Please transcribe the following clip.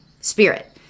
spirit